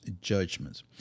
judgments